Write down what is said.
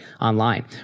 online